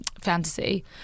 fantasy